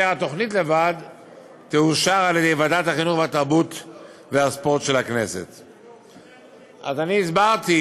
לי שדווקא אתה תשמע, אני הקשבתי